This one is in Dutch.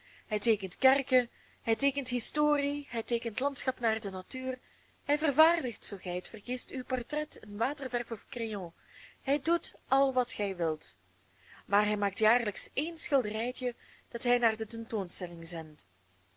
hij teekent kerken hij teekent historie hij teekent landschap naar de natuur hij vervaardigt zoo gij het verkiest uw portret in waterwerf of crayon hij doet al wat gij wilt maar hij maakt jaarlijks één schilderijtje dat hij naar de tentoonstelling zendt